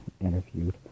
interviewed